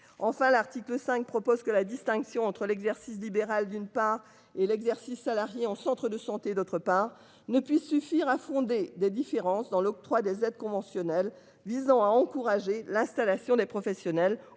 Enfin, l'article 5, propose que la distinction entre l'exercice libéral. D'une part et l'exercice salarié en centre de santé et d'autre part ne puisse suffire à fonder des différences dans l'octroi des aides conventionnelles visant à encourager l'installation des professionnels